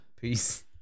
Peace